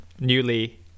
newly